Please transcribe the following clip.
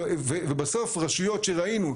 ובסוף רשויות שראינו,